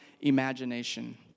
imagination